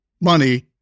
money